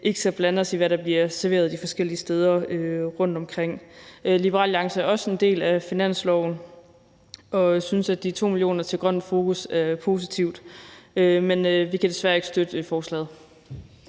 ikke skal blande os i, hvad der bliver serveret de forskellige steder rundtomkring. Liberal Alliance er også en del af finanslovsaftalen og synes, at de 2 mio. kr. til grøn fokus er positivt. Men vi kan desværre ikke støtte forslaget.